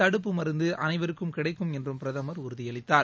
தடுப்பு மருந்து அனைவருக்கும் கிடைக்கும் என்று பிரதமர் உறுதியளித்தார்